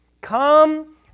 Come